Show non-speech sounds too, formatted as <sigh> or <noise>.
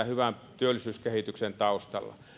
<unintelligible> hyvän työllisyyskehityksen taustalla